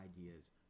ideas